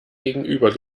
gegenüber